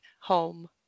home